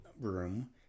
room